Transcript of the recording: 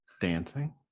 dancing